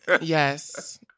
Yes